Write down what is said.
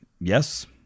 Yes